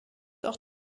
auch